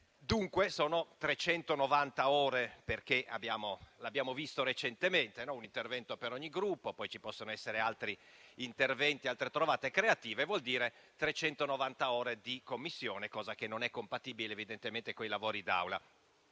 Dunque sono 390 ore, come abbiamo visto recentemente: un intervento per ogni Gruppo, poi ci possono essere altri interventi e altre trovate creative. Vuol dire 390 ore di lavori in Commissione, cosa che non è compatibile, evidentemente, con i lavori d'Assemblea.